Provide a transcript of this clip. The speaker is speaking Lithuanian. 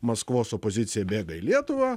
maskvos opozicija bėga į lietuvą